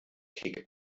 kick